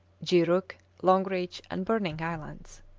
g. rook, long reach and burning islands.